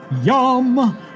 Yum